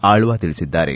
ಆಳ್ವಾ ತಿಳಿಸಿದ್ದಾರೆ